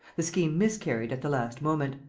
the scheme miscarried at the last moment.